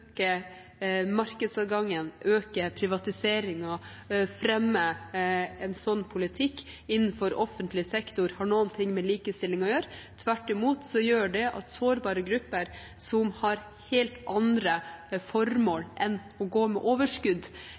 markedsadgangen og privatiseringen og å fremme en slik politikk innenfor offentlig sektor har noen ting med likestilling å gjøre. Tvert imot gjør det at sårbare grupper, som har helt andre formål enn å gå med overskudd,